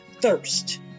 thirst